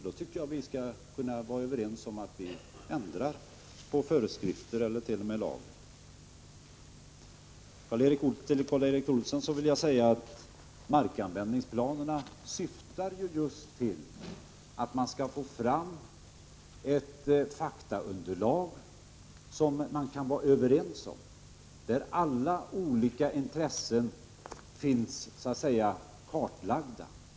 Då tycker jag att vi skall kunna vara överens om att vi ändrar på föreskrifterna eller t.o.m. lagen. Till Karl Erik Olsson vill jag säga att markanvändningsplanerna syftar just till att man skall få fram ett faktaunderlag som man kan vara överens om, där alla olika intressen finns kartlagda.